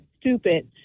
stupid